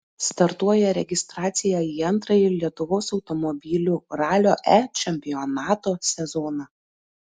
startuoja registracija į antrąjį lietuvos automobilių ralio e čempionato sezoną